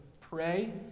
pray